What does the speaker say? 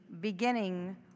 beginning